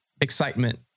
excitement